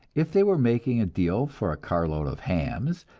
if they were making a deal for a carload of hams,